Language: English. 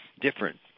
different